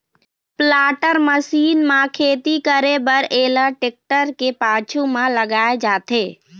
planter machine म खेती करे बर एला टेक्टर के पाछू म लगाए जाथे